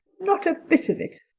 not a bit of it,